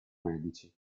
medici